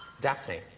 Daphne